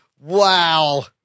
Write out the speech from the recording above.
Wow